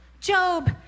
Job